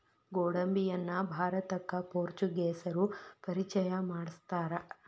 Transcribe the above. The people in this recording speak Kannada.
ಗೋಡಂಬಿಯನ್ನಾ ಭಾರತಕ್ಕ ಪೋರ್ಚುಗೇಸರು ಪರಿಚಯ ಮಾಡ್ಸತಾರ